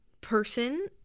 person